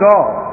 God